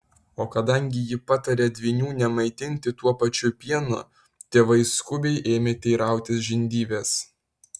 o kadangi ji patarė dvynių nemaitinti tuo pačiu pienu tėvai skubiai ėmė teirautis žindyvės